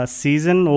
season